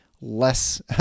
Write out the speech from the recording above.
less